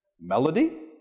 Melody